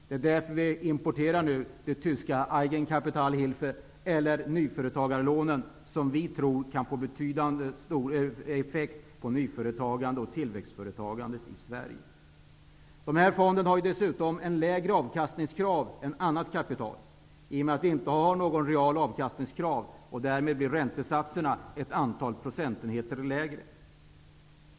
Det är av den anledningen som vi nu importerar det tyska Eigenkapitalhilfe -- eller nyföretagarlån -- som vi tror kan få betydande effekt på nyföretagande och på tillväxt av företag i Sverige. Den här fonden har dessutom ett lägre avkastningskrav än annat kapital i och med att vi inte har något reellt avkastningskrav och räntesatserna därmed blir ett antal procentenheter lägre.